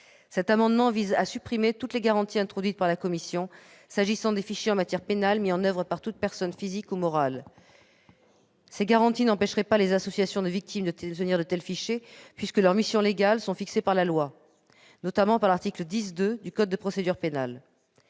Cet amendement vise enfin à supprimer toutes les garanties introduites par la commission s'agissant des fichiers en matière pénale mis en oeuvre par toute personne physique ou morale. Ces garanties n'empêcheraient pas les associations de victimes de tenir de tels fichiers, puisque leurs missions légales sont fixées par la loi, notamment par l'article 10-2 du code de procédure pénale.